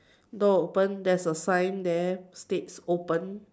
door open there's a sign there states open